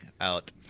out